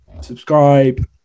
subscribe